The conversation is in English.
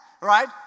right